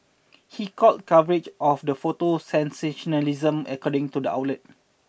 he called coverage of the photo sensationalism according to the outlet